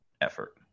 effort